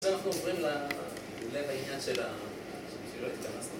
ואנחנו עוברים ללב העניין של השירות.